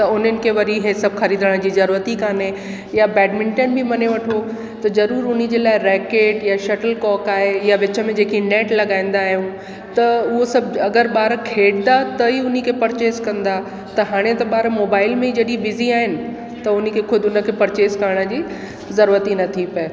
त उन्हनि खे वरी इहे सभु ख़रीदण जी ज़रूरत ई काने या बेडमिंटन ई मञे वठो त ज़रूरु हुनजे लाइ रेकेट या शटलकॉक आहे या विच में जेकी नेट लॻाईंदा आहियूं त उहा सभु अगरि ॿार खेॾंदा त ई हुनखे पर्चेज़ कंदा त हाणे त ॿार मोबाइल में जॾहिं बिज़ी आहिनि त उनखे ख़ूदि हुनखे पर्चेज़ करण जी ज़रूरत ई नथी पिए